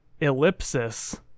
ellipsis